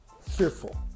fearful